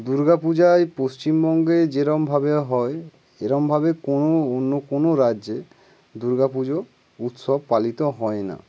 দুর্গা পূজায় পশ্চিমবঙ্গে যেরমভাবে হয় এরমভাবে কোনো অন্য কোনো রাজ্যে দুর্গা পুজো উৎসব পালিত হয় না